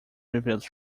reviews